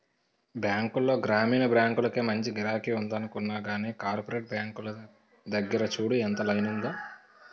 బాంకుల్లో గ్రామీణ బాంకులకే మంచి గిరాకి ఉందనుకున్నా గానీ, కోపరేటివ్ బాంకుల దగ్గర చూడు ఎంత లైనుందో?